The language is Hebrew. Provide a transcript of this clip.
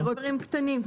כן, אלה דברים קטנים.